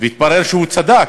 והתברר שהוא צדק.